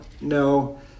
no